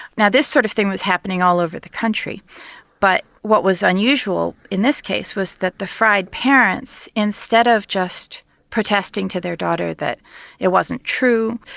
now this sort of thing was happening all over the country but what was unusual in this case was that the fried parents, instead of just protesting to their daughter that it wasn't true,